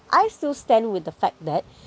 I still stand with the fact that